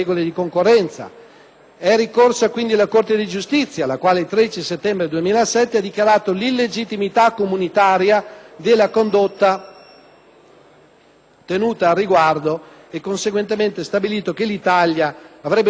È ricorsa, quindi, alla Corte di giustizia la quale, il 13 settembre 2007, ha dichiarato l'illegittimità comunitaria della condotta tenuta al riguardo e conseguentemente stabilito che l'Italia avrebbe dovuto rimuovere